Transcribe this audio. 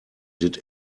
did